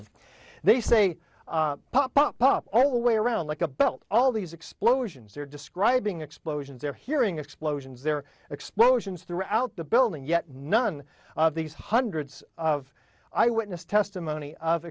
of they say pop up all way around like a belt all these explosions they're describing explosions they're hearing explosions there explosions throughout the building yet none of these hundreds of eyewitness testimony of